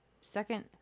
second